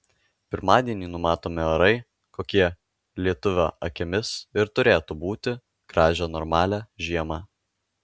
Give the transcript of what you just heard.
pirmadienį numatomi orai kokie lietuvio akimis ir turėtų būti gražią normalią žiemą